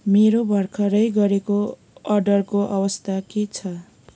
मेरो भर्खरै गरेको अर्डरको अवस्था के छ